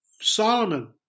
solomon